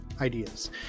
ideas